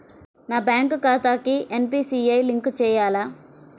నా బ్యాంక్ ఖాతాకి NPCI link చేయాలా?